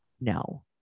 No